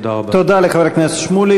תודה לחבר הכנסת שמולי.